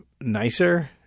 nicer